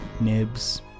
Nibs